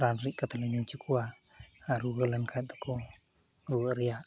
ᱨᱟᱱ ᱨᱤᱫ ᱠᱟᱛᱮᱞᱮ ᱧᱩ ᱚᱪᱚ ᱠᱚᱣᱟ ᱟᱨ ᱨᱩᱣᱟᱹᱞᱮᱱ ᱠᱷᱟᱱ ᱫᱚᱠᱚ ᱨᱩᱣᱟᱹᱜ ᱨᱮᱭᱟᱜ